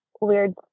weird